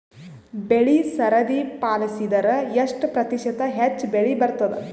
ಬೆಳಿ ಸರದಿ ಪಾಲಸಿದರ ಎಷ್ಟ ಪ್ರತಿಶತ ಹೆಚ್ಚ ಬೆಳಿ ಬರತದ?